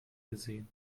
gesehen